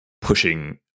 pushing